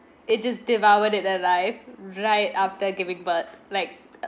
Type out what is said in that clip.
it just devour their life right after giving birth like uh